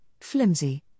flimsy